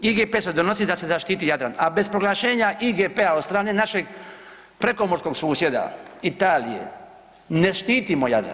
IGP se donosi da se zaštiti Jadran, a bez proglašenja IGP-a od strane našeg prekomorskog susjeda Italije ne štitimo Jadran.